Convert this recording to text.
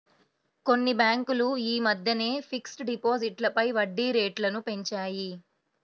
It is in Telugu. కొన్ని బ్యేంకులు యీ మద్దెనే ఫిక్స్డ్ డిపాజిట్లపై వడ్డీరేట్లను పెంచాయి